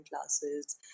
classes